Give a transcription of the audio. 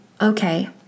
okay